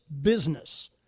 business